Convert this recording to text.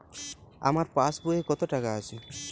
আমার পাসবই এ কত টাকা আছে?